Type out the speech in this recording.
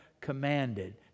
commanded